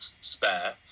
Spare